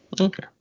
Okay